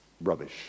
rubbish